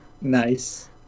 nice